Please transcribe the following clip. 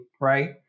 right